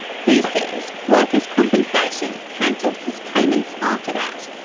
he says workers compensation cancelled his payments after that.